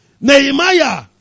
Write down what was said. Nehemiah